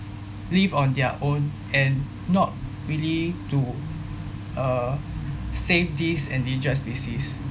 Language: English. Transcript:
live on their own and not really to uh save these endangered species